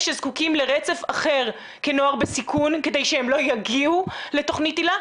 שזקוקים לרצף אחר כנוער בסיכון כדי שהם לא יגיעו לתכנית היל"ה,